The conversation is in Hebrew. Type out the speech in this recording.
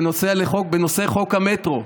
בנושא חוק המטרו.